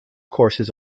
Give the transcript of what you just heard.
courses